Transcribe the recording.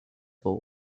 ball